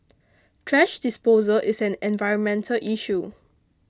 thrash disposal is an environmental issue